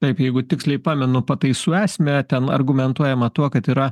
taip jeigu tiksliai pamenu pataisų esmę ten argumentuojama tuo kad yra